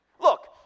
Look